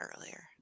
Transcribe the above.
earlier